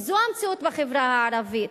וזו המציאות בחברה הערבית.